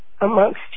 amongst